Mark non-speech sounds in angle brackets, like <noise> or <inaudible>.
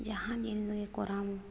ᱡᱟᱦᱟᱸ <unintelligible> ᱠᱚᱨᱟᱣᱟᱢ